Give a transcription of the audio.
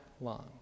long